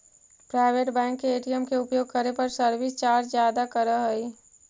private bank के ATM के उपयोग करे पर सर्विस चार्ज ज्यादा करऽ हइ